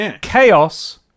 Chaos